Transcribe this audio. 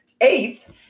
eighth